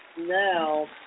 now